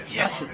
yes